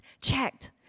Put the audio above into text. Checked